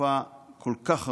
בתקופה כל כך ארוכה.